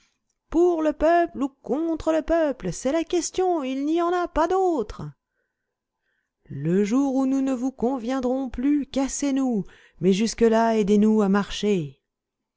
pour le peuple ou contre le peuple c'est la question il n'y en a pas d'autre le jour où nous ne vous conviendrons plus cassez nous mais jusque-là aidez-nous à marcher